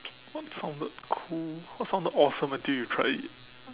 what sounded cool what sounded awesome until you tried it